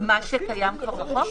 מה שכבר קיים בחוק?